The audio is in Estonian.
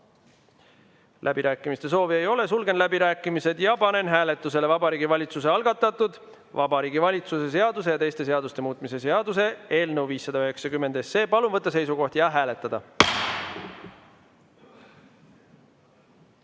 Läbirääkimiste soovi ei ole. Sulgen läbirääkimised. Panen hääletusele Vabariigi Valitsuse algatatud Vabariigi Valitsuse seaduse ja teiste seaduste muutmise seaduse eelnõu 590. Palun võtta seisukoht ja hääletada!